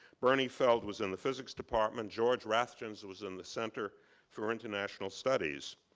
bernie feld was in the physics department. george rathjens was in the center for international studies.